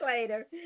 later